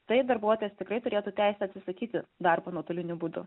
tai darbuotojas tikrai turėtų teisę atsisakyti darbo nuotoliniu būdu